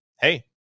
hey